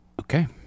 Okay